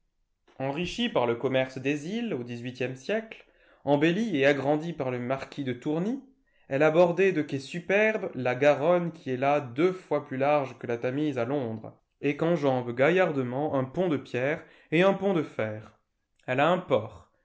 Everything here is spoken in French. enrichie par le commerce des iles au dix-huitième siècle embellie et agrandie par le marquis de tourny elle a bordé de quais superbes la garonne qui est là deux fois plus large que la tamise à londres et qu'enjambent gaillardement un pont de pierre et un pont de fer elle a un port